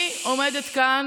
אני עומדת כאן,